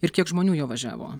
ir kiek žmonių juo važiavo